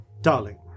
Darling